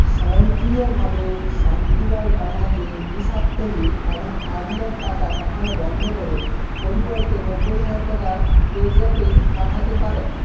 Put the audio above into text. স্বয়ংক্রিয়ভাবে শান্তিলাল রানাকে দ্বি সাপ্তাহিক আট আট হাজার টাকা পাঠানো বন্ধ করে পরিবর্তে নব্বই হাজার টাকা পেজ্যাপে পাঠাতে পারেন